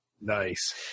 Nice